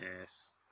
yes